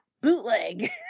bootleg